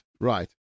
right